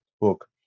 book